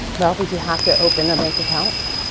well, we do have to open a bank account,